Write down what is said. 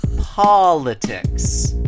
politics